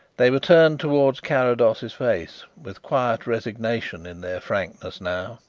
they were turned towards carrados's face with quiet resignation in their frankness now.